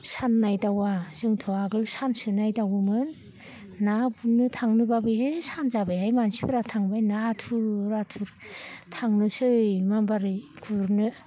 सान नायदावा जोंथ' आगोल सानसो नायदावोमोन ना गुरनो थांनोब्लाबो ए सान जाबायहाय मानसिफोरा थांबाय होनना आथुर आथुर थांनोसै माबारै गुरनो